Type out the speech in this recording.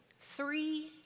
Three